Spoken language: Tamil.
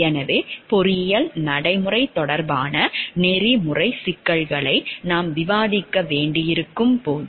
எனவே பொறியியல் நடைமுறை தொடர்பான நெறிமுறை சிக்கல்களை நாம் விவாதிக்க வேண்டியிருக்கும் போது